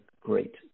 great